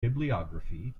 bibliography